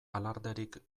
alarderik